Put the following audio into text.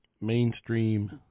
Mainstream